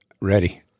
ready